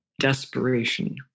desperation